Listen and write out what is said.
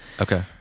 Okay